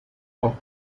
auch